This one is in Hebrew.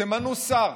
אז תמנו שר.